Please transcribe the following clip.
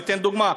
אני אתן דוגמה.